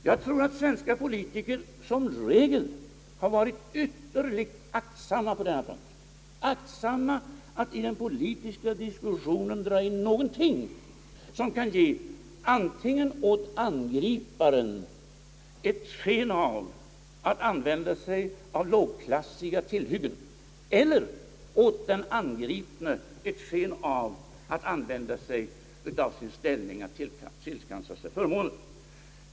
Jag tror att svenska politiker som regel har varit ytterligt aktsamma på denna punkt. De har aktat sig för att i den politiska diskussionen dra in någonting som kan ge antingen åt angriparen ett sken av att använda lågklassiga tillhyggen eller åt den angripne ett sken av att begagna sin ställning för att tillskansa sig förmåner.